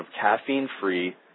Caffeine-Free